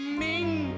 ming